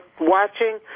watching